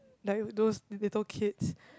like those little kids